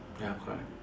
ya correct